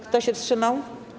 Kto się wstrzymał?